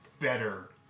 better